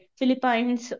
Philippines